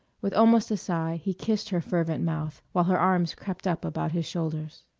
with almost a sigh he kissed her fervent mouth, while her arms crept up about his shoulders.